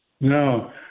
No